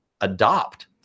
adopt